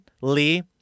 Lee